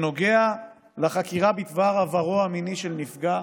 שנוגע לחקירה בדבר עברו המיני של נפגע,